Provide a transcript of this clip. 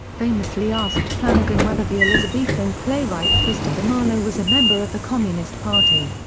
famously asked flanagan whether the elizabethan playwright christopher marlowe was a member of the communist party,